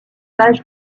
l’âge